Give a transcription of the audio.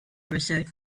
research